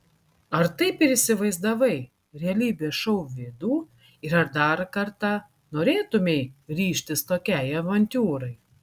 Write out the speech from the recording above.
ar taip ir įsivaizdavai realybės šou vidų ir ar dar kartą norėtumei ryžtis tokiai avantiūrai